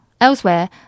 Elsewhere